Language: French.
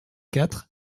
quatre